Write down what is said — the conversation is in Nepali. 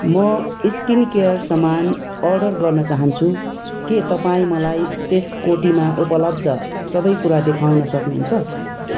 म स्किन केयर सामान अर्डर गर्न चाहन्छु के तपाईँ मलाई त्यस कोटीमा उपलब्ध सबै कुरा देखाउन सक्नुहुन्छ